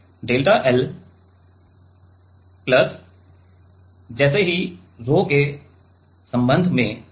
तो delta L plus जैसे कि रोह 𝛒 के संबंध में